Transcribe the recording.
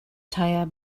tire